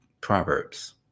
Proverbs